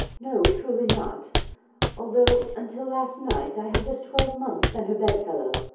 no, truly, not although, until last night i have this twelvemonth been her bedfellow.